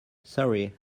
sorry